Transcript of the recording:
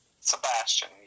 Sebastian